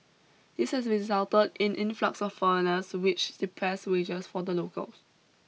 this has resulted in influx of foreigners which depressed wages for the locals